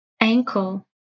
ankle